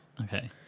okay